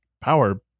power